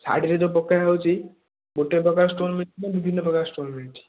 ସାଇଡ଼୍ରେ ଯେଉଁ ପକା ହେଉଛି ଗୋଟିଏ ପ୍ରକାର ଷ୍ଟୋନ୍ ମିଳୁଛି ନା ବିଭିନ୍ନ ପ୍ରକାର ଷ୍ଟୋନ୍ ମିଳୁଛି